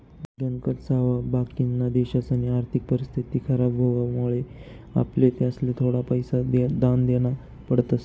गणकच सावा बाकिना देशसनी आर्थिक परिस्थिती खराब व्हवामुळे आपले त्यासले थोडा पैसा दान देना पडतस